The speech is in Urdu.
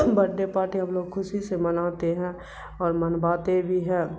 بڈڈے پارٹی ہم لوگ خوشی سے مناتے ہیں اور منواتے بھی ہیں